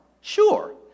Sure